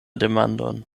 demandon